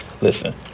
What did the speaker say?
listen